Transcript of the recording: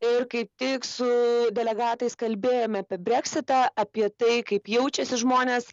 ir kaip tik su delegatais kalbėjome apie breksitą apie tai kaip jaučiasi žmonės